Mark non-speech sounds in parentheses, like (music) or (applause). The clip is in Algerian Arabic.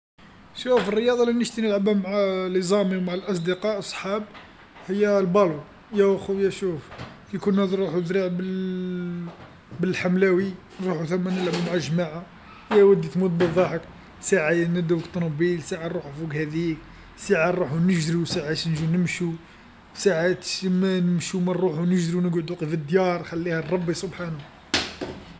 شوف الرياضه لي نشتي نلعبها مع الأصدقاء ومع الأصدقاء الصحاب، هي الكرة، ياو خويا شوف، كي كنا نروحو ذراع بال- (hesitation) بالحملاوي، نروحو ثما نلعبو مع الجماعه، يا ودي تموت بالضحك، ساعه يندو فالطونوبيل ،ساعة نروحو فوق هاذيك، ساعه نروحو نجرو ساعات نجو نمشو ساعات نمشو ما نروحو نقعدو غير فالديار خليها لربي سبحانه. (noise)